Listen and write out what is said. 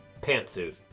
Pantsuit